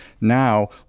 Now